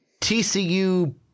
TCU